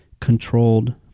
controlled